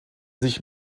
sich